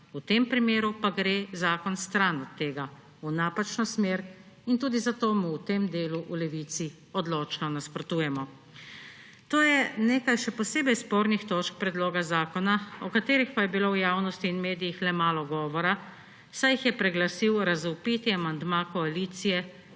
V tem primeru pa gre zakon stran od tega, v napačno smer; in tudi zato mu v tem delu v Levici odločno nasprotujemo. To je nekaj še posebej spornih točk predloga zakona, o katerih pa je bilo v javnosti in medijih le malo govora, saj jih je preglasil razvpiti amandma koalicije